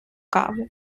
каву